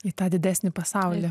į tą didesnį pasaulį